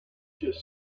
just